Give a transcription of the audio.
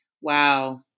Wow